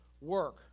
work